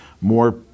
more